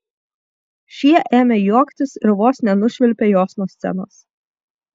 šie ėmė juoktis ir vos nenušvilpė jos nuo scenos